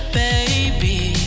baby